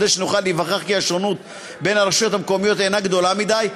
וכדי שנוכל להיווכח כי השונות בין הרשויות המקומיות אינה גדולה מדי,